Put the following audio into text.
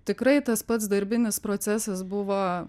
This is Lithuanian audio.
tikrai tas pats darbinis procesas buvo